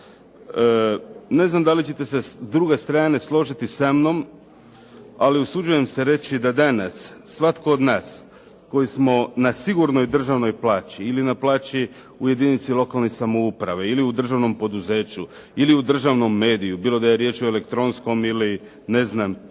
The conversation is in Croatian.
Ne znam da li ćete se s druge strane složiti sa mnom, ali usuđujem se reći da danas svatko od nas, koji smo na sigurnoj državnoj plaći ili na plaći u jedinici lokalne samouprave ili u državnom poduzeću ili u državnom mediju, bilo da je riječ o elektronskom, ne znam pisanom,